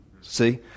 see